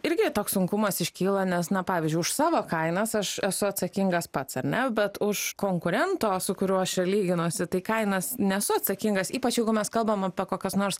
irgi toks sunkumas iškyla nes na pavyzdžiui už savo kainas aš esu atsakingas pats ar ne bet už konkurento su kuriuo aš ir lyginuosi tai kainas nesu atsakingas ypač jeigu mes kalbam apie kokias nors